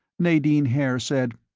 nadine haer said,